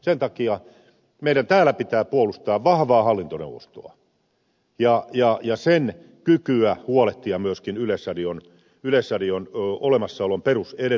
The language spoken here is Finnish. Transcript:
sen takia meidän täällä pitää puolustaa vahvaa hallintoneuvostoa ja sen kykyä huolehtia myöskin yleisradion olemassaolon perusedellytyksistä